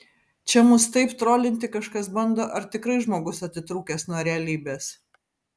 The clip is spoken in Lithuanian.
čia mus taip trolinti kažkas bando ar tikrai žmogus atitrūkęs nuo realybės